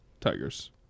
Tigers